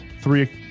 three